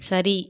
சரி